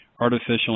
artificial